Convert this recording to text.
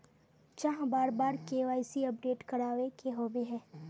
चाँह बार बार के.वाई.सी अपडेट करावे के होबे है?